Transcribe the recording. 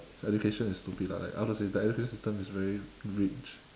education is stupid lah like I wanna say the education system is very